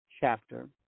chapter